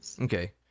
Okay